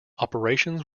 operations